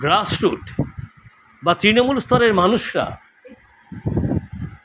গ্রাস root বা তৃণমূল স্তরের মানুষরা